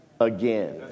again